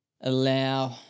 allow